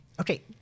Okay